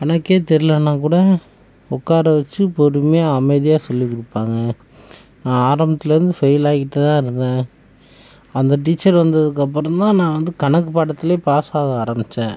கணக்கே தெரியல்லைனா கூட உக்கார வச்சு பொறுமையாக அமைதியாக சொல்லிக் கொடுப்பாங்க நான் ஆரம்பத்துலேருந்து ஃபெயில் ஆகிட்டுதான் இருந்தேன் அந்த டீச்சர் வந்ததுக்கு அப்புறம்தான் நான் வந்து கணக்கு பாடத்திலே பாஸ் ஆக ஆரம்பித்தேன்